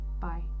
bye